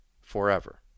forever